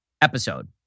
episode